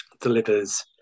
delivers